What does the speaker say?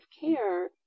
care